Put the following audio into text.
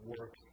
Work